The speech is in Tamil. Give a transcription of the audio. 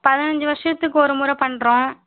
பதினஞ்சு வருஷத்துக்கு ஒருமுறை பண்ணுறோம்